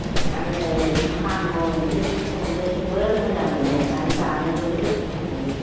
आङो साम' ओंख्रिखौ संनो जोबोद मोजां मोनो आरो जानोबो जोबोद गोथाव मोनो